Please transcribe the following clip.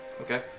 Okay